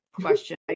question